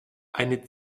eine